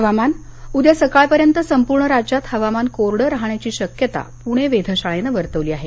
हवामान उद्या सकाळपर्यंत संपूर्ण राज्यात हवामान कोरडं राहण्याची शक्यता पूणे वेधशाळेनं वर्तवली आहे